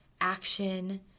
action